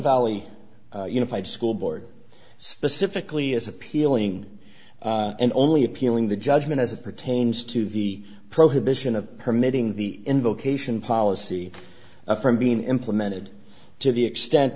valley unified school board specifically is appealing and only appealing the judgment as it pertains to the prohibition of permitting the invocation policy from being implemented to the extent